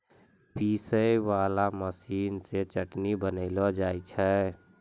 पीसै वाला मशीन से चटनी बनैलो जाय छै